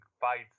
fights